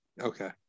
okay